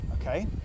Okay